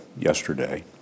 yesterday